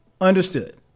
understood